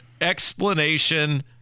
explanation